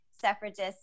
suffragists